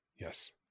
Yes